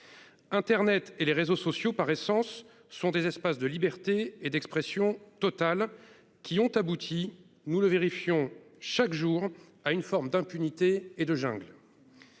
Internet et les réseaux sociaux par essence, ce sont des espaces de liberté et d'expression totale qui ont abouti nous le vérifions chaque jour à une forme d'impunité et de jingle.